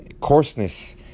coarseness